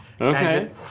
Okay